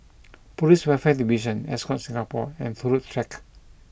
Police Welfare Division Ascott Singapore and Turut Track